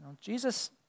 Jesus